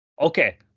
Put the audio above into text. Okay